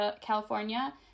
California